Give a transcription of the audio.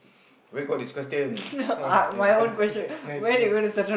where got this question !wah! eh next next next